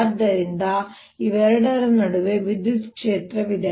ಆದ್ದರಿಂದ ಇವೆರಡರ ನಡುವೆ ವಿದ್ಯುತ್ ಕ್ಷೇತ್ರವಿದೆ